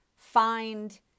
find